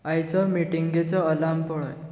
आयच्या मिटींगेचो अलार्म पळय